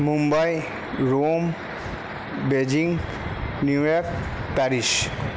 Mumbai Rome Beijing New York Paris